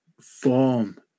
form